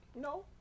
No